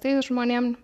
tai žmonėm